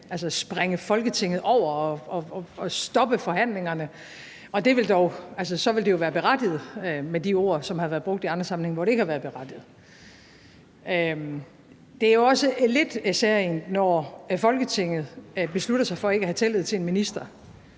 kan springe Folketinget over og stoppe forhandlingerne. Så ville det dog være berettiget med de ord, som har været brugt i andre sammenhænge, hvor det ikke har været berettiget. Det er også lidt særegent, for når Folketinget beslutter sig for ikke at have tillid til en minister,